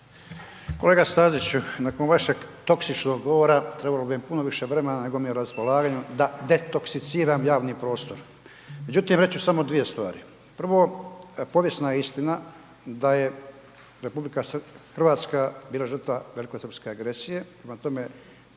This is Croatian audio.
Kolega Staziću, nakon vašeg toksičnog govora, trebalo bi mi puno više vremena, nego mi je na raspolaganju, da detoksiciram javni prostor. Međutim, reći ću samo dvije stvari. Prvo, povijesna je istina da je RH bila žrtva velikosrpske agresije, prema tome,